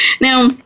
now